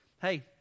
hey